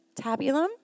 Tabulum